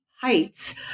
heights